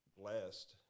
blessed